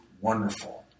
wonderful